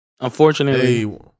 Unfortunately